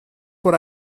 what